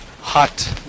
hot